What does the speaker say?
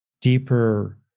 deeper